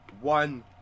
one